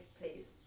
please